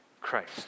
Christ